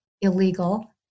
illegal